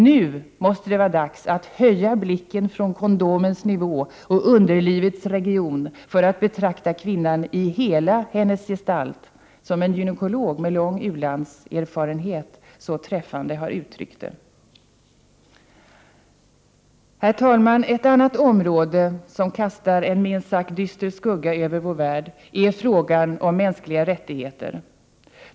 Nu måste det vara dags att ”höja blicken från kondomens nivå och underlivets region för att betrakta kvinnan i hela hennes gestalt”, som en gynekolog med lång u-landserfarenhet så träffande har uttryckt det. Herr talman! Ett annat område som kastar en minst sagt dyster skugga över vår värld är frågan om mänskliga rättigheter.